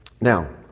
now